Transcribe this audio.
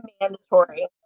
mandatory